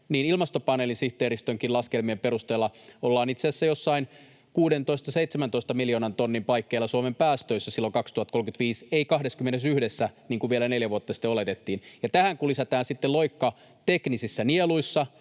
Ilmastopaneelin sihteeristönkin laskelmien perusteella ollaan itse asiassa jossain 16—17 miljoonan tonnin paikkeilla Suomen päästöissä silloin 2035, ei 21:ssä, niin kuin vielä neljä vuotta sitten oletettiin. Ja tähän kun lisätään sitten loikka teknisissä nieluissa,